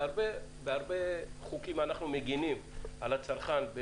בהרבה חוקים אנחנו מגנים על הצרכן,